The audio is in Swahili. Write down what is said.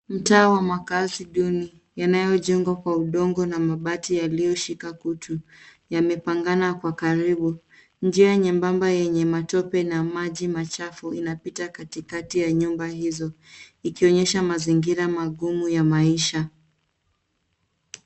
Mtaa wa makaazi duni yanayojengwa kwa udongo na mabati yaliyoshika kutu yamepangana kwa karibu, njia nyembemba yenye matope na maji machafu inapita katikati ya nyumba hizo ikionyesha mazingira mangumu ya maisha.